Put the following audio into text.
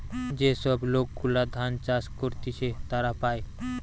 যে সব লোক গুলা ধান চাষ করতিছে তারা পায়